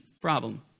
problem